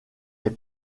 les